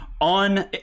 on